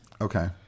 Okay